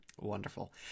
Wonderful